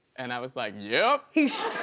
and i was like, yep.